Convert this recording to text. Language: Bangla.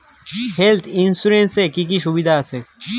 হেলথ ইন্সুরেন্স এ কি কি সুবিধা আছে?